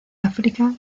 áfrica